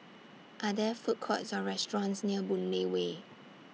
Are There Food Courts Or restaurants near Boon Lay Way